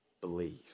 believe